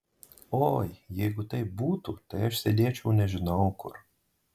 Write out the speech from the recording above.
oi jeigu taip būtų tai aš sėdėčiau nežinau kur